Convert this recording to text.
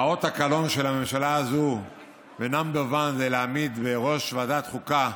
אות הקלון של הממשלה הזאת להעמיד בראש ועדת חוקה